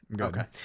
Okay